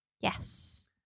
yes